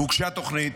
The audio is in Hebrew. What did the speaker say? הוגשה תוכנית,